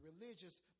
religious